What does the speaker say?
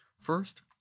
First